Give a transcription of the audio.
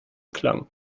klang